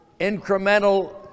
incremental